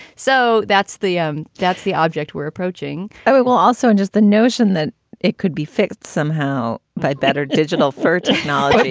so that's the um that's the object we're approaching we will also and just the notion that it could be fixed somehow by better digital for technology